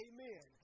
Amen